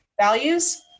values